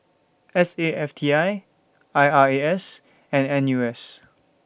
S A F T I I R A S and N U S